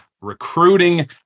recruiting